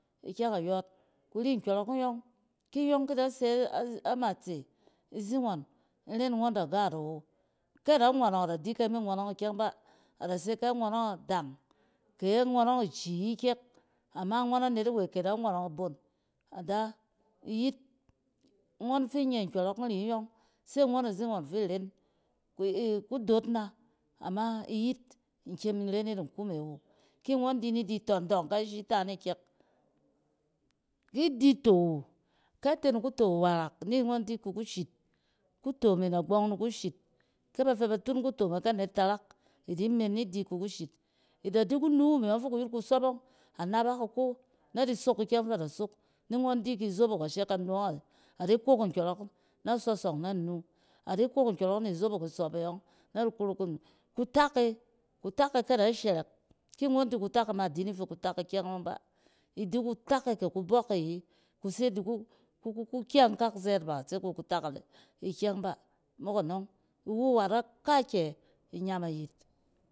Ikyɛng ayↄↄt, kuri nkyↄrↄk inyↄng, in ren ngↄn da gaat awo. Kɛ da ngↄnↄng a da di kɛ ama ngↄnↄng ikyɛng baa da se kɛ angↄnↄↄg a dang kɛ angↄnↄng a dang kɛ angↄnↄng ici ayi kyɛk. Ama ngↄn zaingↄn fi ren kudot na, ama iyit in kyem in ren yit awo. Ki ngↄn di ni di tↄdↄng kɛ shi ta nkyɛk. Ki di to wu, kɛ ate ni kuto warak ni ngↄn di kɛ kushit. Kuto me nagbↄng ni kushit. Kɛ ba fɛ ba tun kuto me kɛ net tarak idi men ni di mi kushit. Idadi ku nu wu me ↄng fiku yet kusop ↄnga nabak iko na di ki izobok ashe kanu ↄng a. A di kok inkyↄrↄk nɛ sosong nanu adi kok nkyↄrↄk ni zobok isↄpe yↄng na di korok anu. Kutak e, kutake kɛ ada shɛrɛk, ki ngↄn di kutak e ma idi ni fɛ kubↄk e ayi kuse di ku-ku-kukyɛng kak zɛɛt iwu wat akaayɛ inyam ayit.